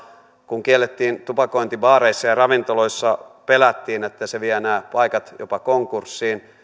kun kiellettiin tupakointi baareissa ja ravintoloissa pelättiin että se vie nämä paikat jopa konkurssiin